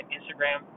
Instagram